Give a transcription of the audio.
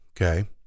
okay